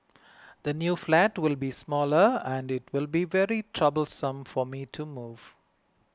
the new flat will be smaller and it will be very troublesome for me to move